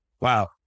Wow